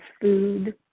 food